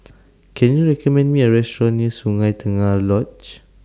Can YOU recommend Me A Restaurant near Sungei Tengah Lodge